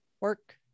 work